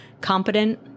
competent